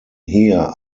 here